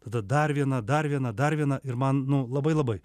tada dar viena dar viena dar viena ir man nu labai labai